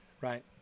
right